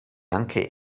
anche